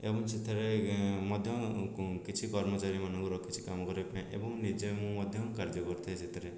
ଏବଂ ସେଥିରେ ମଧ୍ୟ କ କିଛି କର୍ମଚାରୀମାନଙ୍କୁ ରଖିଛି କାମ କରିବାପାଇଁ ଏବଂ ନିଜେ ମୁଁ ମଧ୍ୟ କାର୍ଯ୍ୟ କରୁଥାଏ ସେଥିରେ